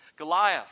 Goliath